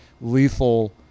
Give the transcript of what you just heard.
lethal